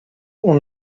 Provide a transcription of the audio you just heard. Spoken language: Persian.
اون